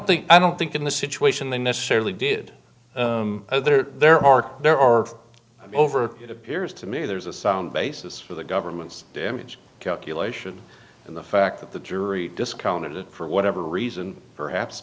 think i don't think in the situation they necessarily did there are there are over it appears to me there's a sound basis for the government's damage calculation and the fact that the jury discounted it for whatever reason perhaps